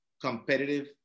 competitive